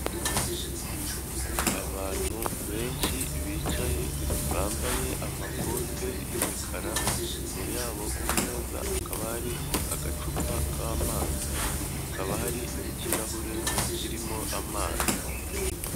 Abantu benshi bicaye, bambaye amakoti y'imikara, imbere yabo ku meza hakaba hari agacupa k'amazi, hakaba hari n'ikirahure kirimo amazi.